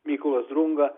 mykolas drunga